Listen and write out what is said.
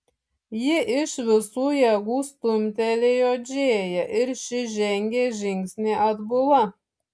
ji iš visų jėgų stumtelėjo džėją ir ši žengė žingsnį atbula